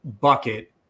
bucket